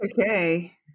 Okay